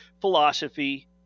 philosophy